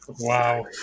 Wow